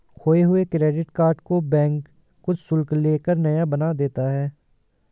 खोये हुए credit card को बैंक कुछ शुल्क ले कर नया बना देता है